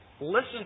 listen